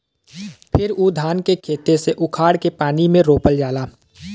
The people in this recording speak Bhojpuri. फिर उ धान के खेते से उखाड़ के पानी में रोपल जाला